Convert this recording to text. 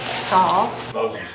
Saul